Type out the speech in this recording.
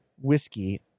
whiskey